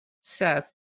seth